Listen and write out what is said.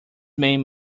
man